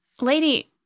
Lady